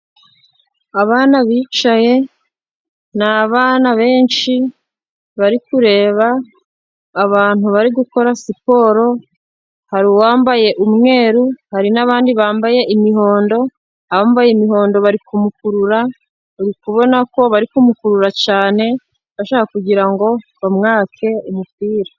Abana bicaye ni abana benshi bari kureba abantu bari gukora siporo, hari uwambaye umweru, hari n'abandi bambaye imihondo, abambaye imihondo bari kumukurura, uri kubona ko bari kumukurura cyane, bashaka kugira ngo bamwake umupira.